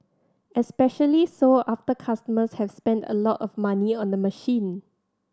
especially so after customers have spent a lot of money on the machine